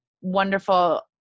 wonderful